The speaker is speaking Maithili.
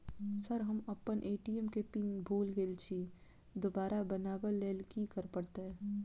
सर हम अप्पन ए.टी.एम केँ पिन भूल गेल छी दोबारा बनाब लैल की करऽ परतै?